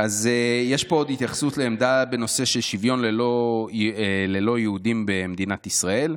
אז יש פה עוד התייחסות לעמדה בנושא של שוויון ללא-יהודים במדינת ישראל.